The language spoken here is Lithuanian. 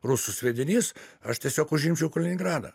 rusų sviedinys aš tiesiog užimčiau kaliningradą